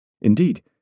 Indeed